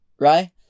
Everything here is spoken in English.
right